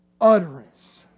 utterance